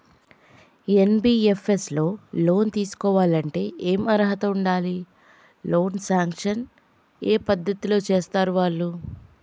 NBFS లో loan తీస్కోవాలంటే ఏం అర్హత ఉండాలి? లోన్ సాంక్షన్ ఏ పద్ధతి లో చేస్తరు వాళ్లు?